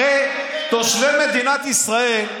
הרי תושבי מדינת ישראל,